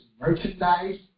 merchandise